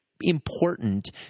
important